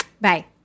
bye